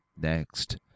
Next